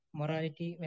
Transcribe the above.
morality